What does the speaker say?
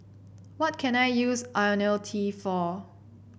what can I use IoniL T for